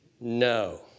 no